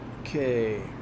Okay